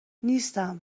نیستم